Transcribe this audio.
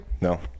No